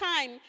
time